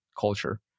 culture